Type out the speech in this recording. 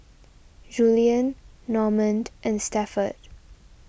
Julian Normand and Stafford